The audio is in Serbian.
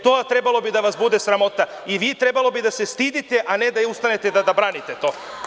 Trebalo bi da vas bude sramota i trebalo bi da se stidite, a ne da ustajete i da branite to.